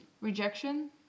rejection